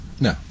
No